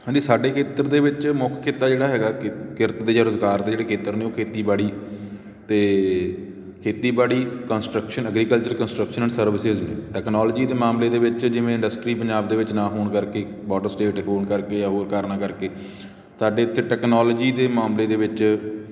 ਹਾਂਜੀ ਸਾਡੇ ਖੇਤਰ ਦੇ ਵਿੱਚ ਮੁੱਖ ਕਿੱਤਾ ਜਿਹੜਾ ਹੈਗਾ ਕਿ ਕਿਰਤ ਦੇ ਜਾਂ ਰੁਜ਼ਗਾਰ ਦੇ ਜਿਹੜੇ ਖੇਤਰ ਨੇ ਉਹ ਖੇਤੀਬਾੜੀ ਅਤੇ ਖੇਤੀਬਾੜੀ construction agriculture construction services technology ਦੇ ਮਾਮਲੇ ਦੇ ਵਿੱਚ ਜਿਵੇਂ ਇੰਡਸਟਰੀ ਪੰਜਾਬ ਦੇ ਵਿੱਚ ਨਾ ਹੋਣ ਕਰਕੇ ਬੋਡਰ ਸਟੇਟ ਹੋਣ ਕਰਕੇ ਜਾਂ ਹੋਰ ਕਾਰਨਾਂ ਕਰਕੇ ਸਾਡੇ ਇੱਥੇ ਟੈਕਨੋਲੋਜੀ ਦੇ ਮਾਮਲੇ ਦੇ ਵਿੱਚ